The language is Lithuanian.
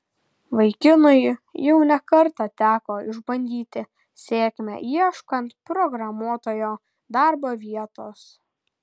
vaikinui jau ne kartą teko išbandyti sėkmę ieškant programuotojo darbo vietos